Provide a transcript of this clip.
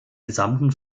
gesamten